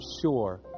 sure